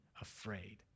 afraid